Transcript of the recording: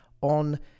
on